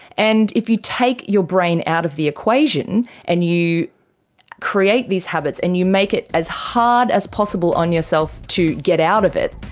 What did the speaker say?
and if you take your brain out of the equation and you create these habits and you make it as hard as possible on yourself to get out of it,